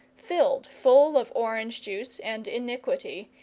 filled full of orange-juice and iniquity,